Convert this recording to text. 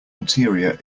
interior